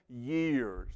years